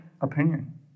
opinion